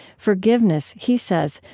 forgiveness, he says,